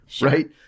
right